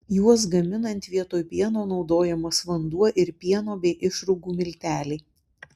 juos gaminant vietoj pieno naudojamas vanduo ir pieno bei išrūgų milteliai